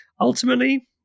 ultimately